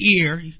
ear